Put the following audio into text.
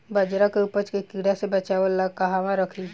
बाजरा के उपज के कीड़ा से बचाव ला कहवा रखीं?